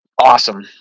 awesome